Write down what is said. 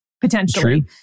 potentially